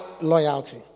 loyalty